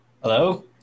Hello